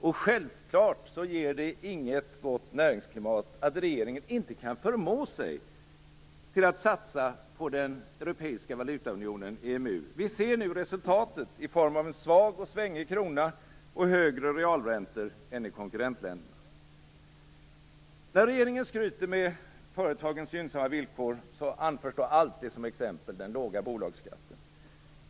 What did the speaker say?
Och självklart ger det inget gott näringsklimat att regeringen inte kan förmå sig till att satsa på den europeiska valutaunionen EMU. Vi ser nu resultatet i form av en svag och svängig krona och högre realräntor än i konkurrentländerna. När regeringen skryter med företagens gynnsamma villkor anförs alltid som exempel den låga bolagsskatten.